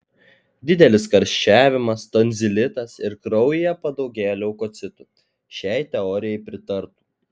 didelis karščiavimas tonzilitas ir kraujyje padaugėję leukocitų šiai teorijai pritartų